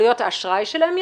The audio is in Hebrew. עלויות האשראי שלהם,